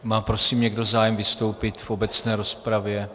Má prosím někdo zájem vystoupit v obecné rozpravě?